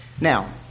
Now